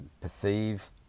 perceive